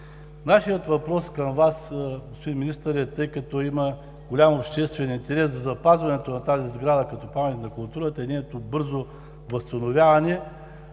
Нашият въпрос към Вас, господин Министър, тъй като има голям обществен интерес за запазването на тази сграда като паметник на културата и нейното бързо възстановяване: